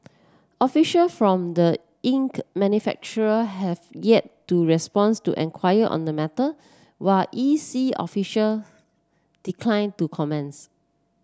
official from the ink manufacturer have yet to responds to enquiry on the matter while E C official declined to comments